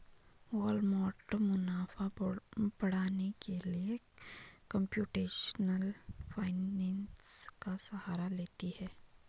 Walmart मुनाफा बढ़ाने के लिए कंप्यूटेशनल फाइनेंस का सहारा लेती है